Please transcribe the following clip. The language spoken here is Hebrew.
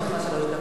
לרשותך שלוש דקות.